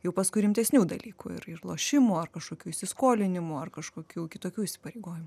jau paskui rimtesnių dalykų ir ir lošimų ar kažkokių įsiskolinimų ar kažkokių kitokių įsipareigojimų